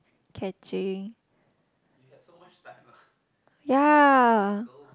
catching ya